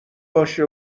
باشه